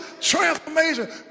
transformation